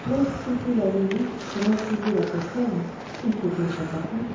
pour extirper la verrue pour inciser l'apostème il faut qu'ils soient à point